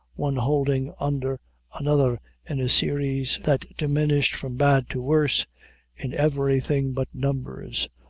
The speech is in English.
one holding under another in a series that diminished from bad to worse in everything but numbers,